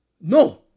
No